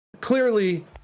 clearly